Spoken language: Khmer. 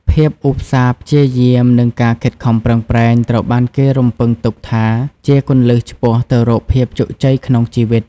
ភាពឧស្សាហ៍ព្យាយាម និងការខិតខំប្រឹងប្រែង ត្រូវបានគេរំពឹងទុកថាជាគន្លឹះឆ្ពោះទៅរកភាពជោគជ័យក្នុងជីវិត។